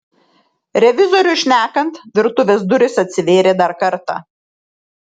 revizoriui šnekant virtuvės durys atsivėrė dar kartą